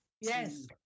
yes